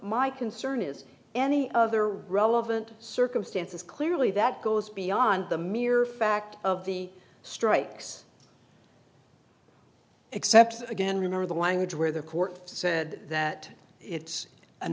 my concern is any other relevant circumstances clearly that goes beyond the mere fact of the strikes except again remember the language where the court said that it's a